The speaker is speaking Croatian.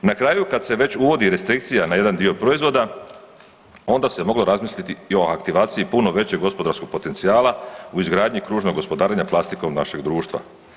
Na kraju, kad se već uvodi restrikcija na jedan dio proizvoda, onda se moglo razmisliti i o aktivaciji puno većeg gospodarskog potencijala u izgradnji kružnog gospodarenja plastikom našeg društva.